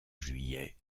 juillet